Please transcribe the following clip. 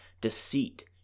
deceit